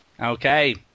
Okay